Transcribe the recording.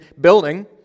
building